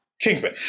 Kingpin